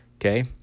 Okay